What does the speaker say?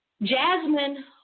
Jasmine